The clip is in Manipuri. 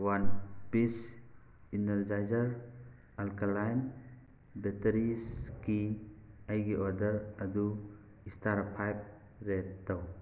ꯋꯥꯟ ꯄꯤꯁ ꯏꯅꯔꯖꯥꯏꯖꯔ ꯑꯜꯀꯂꯥꯏꯟ ꯕꯦꯇꯔꯤꯁꯀꯤ ꯑꯩꯒꯤ ꯑꯣꯗꯔ ꯑꯗꯨ ꯏꯁꯇꯥꯔ ꯐꯥꯏꯕ ꯔꯦꯠ ꯇꯧ